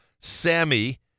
sammy